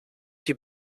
die